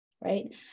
right